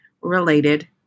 related